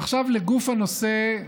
עכשיו לגוף הנושא,